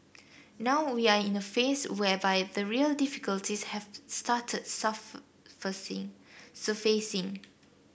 now we are in a phase whereby the real difficulties have started surfacing